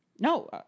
No